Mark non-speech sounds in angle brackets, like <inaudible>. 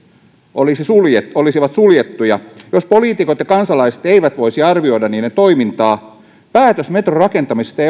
olisivat suljettuja olisivat suljettuja jos poliitikot ja kansalaiset eivät voisi arvioida niiden toimintaa päätös metron rakentamisesta <unintelligible>